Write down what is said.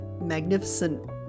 magnificent